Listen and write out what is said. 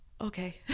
okay